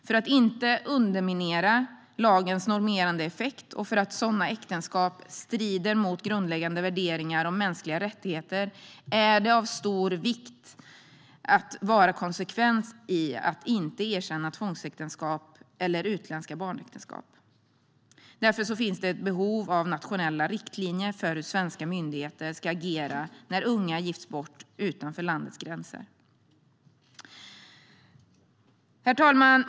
För att inte underminera lagens normerande effekt och för att sådana äktenskap strider mot grundläggande värderingar om mänskliga rättigheter är det av stor vikt att vara konsekvent i att inte erkänna tvångsäktenskap eller utländska barnäktenskap. Därför finns det ett behov av nationella riktlinjer för hur svenska myndigheter ska agera när unga gifts bort utanför landets gränser. Herr talman!